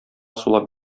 сулап